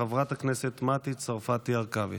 חברת הכנסת מטי צרפתי הרכבי.